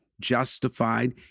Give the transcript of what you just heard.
justified